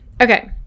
Okay